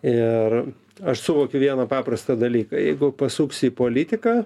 ir aš suvokiu vieną paprastą dalyką jeigu pasuksi į politiką